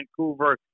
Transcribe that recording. Vancouver